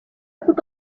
put